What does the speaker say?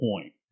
point